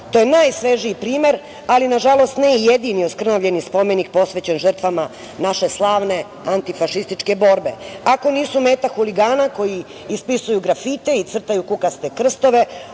To je najsvežiji primer, ali nažalost, nije jedini oskrnavljeni spomenik posvećen žrtvama naše slavne antifašističke borbe. Ako nisu meta huligana koji ispisuju grafite i crtaju kukaste krstove,